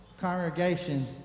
congregation